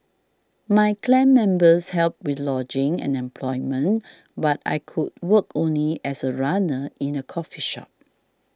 my clan members helped with lodging and employment but I could work only as a runner in a coffee shop